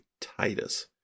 Titus